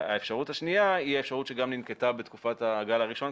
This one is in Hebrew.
האפשרות השנייה היא האפשרות שגם ננקטה בתקופת הגל הראשון,